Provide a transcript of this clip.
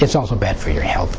it's also bad for your health